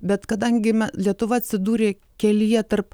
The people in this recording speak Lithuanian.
bet kadangi lietuva atsidūrė kelyje tarp